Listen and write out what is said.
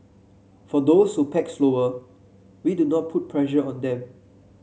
for those who pack slower we do not put pressure on them